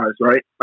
right